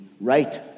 right